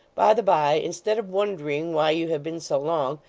by-the-bye, instead of wondering why you have been so long,